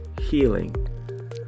healing